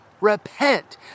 repent